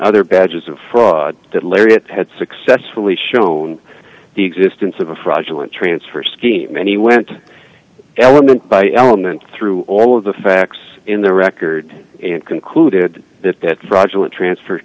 other badges of fraud that lariat had successfully shown the existence of a fraudulent transfer scheme and he went element by element through all of the facts in the record and concluded that that fraudulent transfer